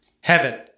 Heaven